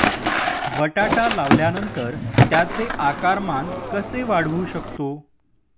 बटाटा लावल्यानंतर त्याचे आकारमान कसे वाढवू शकतो?